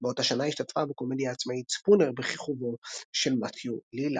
באותה שנה השתתפה בקומדיה העצמאית "Spooner" בכיכובו של מת'יו לילארד.